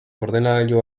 ordenagailu